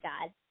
God